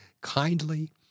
kindly